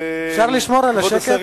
כבוד השרים, אפשר לשמור על השקט,